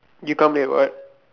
you come late what